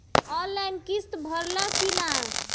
Online किस्त भराला कि ना?